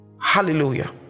Hallelujah